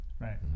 Right